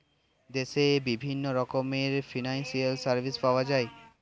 দেশে বিভিন্ন রকমের ফিনান্সিয়াল সার্ভিস পাওয়া যায়